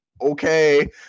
okay